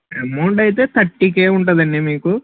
amount అయితే thirty K ఉంటుందండి మీకు